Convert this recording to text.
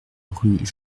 rue